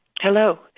Hello